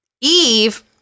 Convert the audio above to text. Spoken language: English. eve